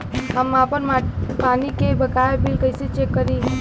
हम आपन पानी के बकाया बिल कईसे चेक करी?